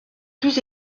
plus